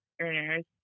earners